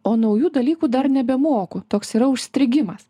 o naujų dalykų dar nebemoku toks yra užstrigimas